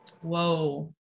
Whoa